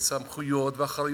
את הסמכויות והאחריות.